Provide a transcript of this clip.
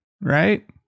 right